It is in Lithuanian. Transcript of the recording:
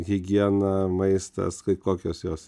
higiena maistas kaip kokios jos